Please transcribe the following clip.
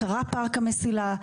קרה פארק המסילה.